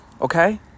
okay